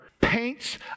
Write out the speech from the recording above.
paints